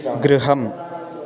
गृहम्